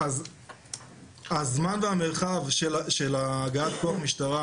הזמן והמרחב של הגעת כוח משטרה,